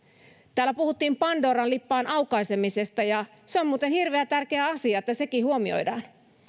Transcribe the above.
täällä puhuttiin pandoran lippaan aukaisemisesta ja on muuten hirveän tärkeä asia että sekin huomioidaan